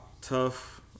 Tough